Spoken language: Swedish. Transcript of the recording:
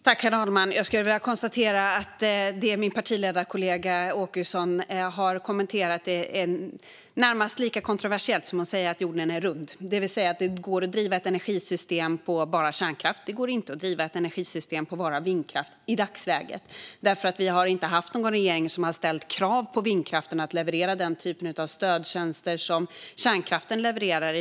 Herr talman! Jag skulle vilja konstatera att det min partiledarkollega Åkesson har kommenterat är närmast lika kontroversiellt som att säga att jorden är rund. Det går att driva ett energisystem på bara kärnkraft. Det går i dagsläget inte att driva ett energisystem på bara vindkraft, för vi har inte haft någon regering som har ställt krav på att vindkraften ska kunna leverera den typ av stödtjänster som kärnkraften levererar.